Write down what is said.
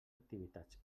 activitats